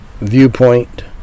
viewpoint